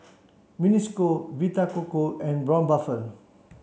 Mini School Vita Coco and Braun Buffel